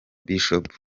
bishop